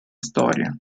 storia